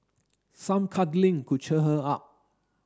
some cuddling could cheer her up